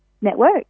networks